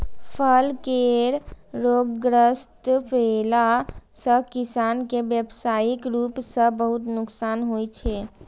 फल केर रोगग्रस्त भेला सं किसान कें व्यावसायिक रूप सं बहुत नुकसान होइ छै